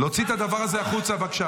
אפס